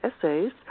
essays